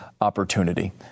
opportunity